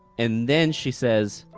and then she says,